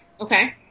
Okay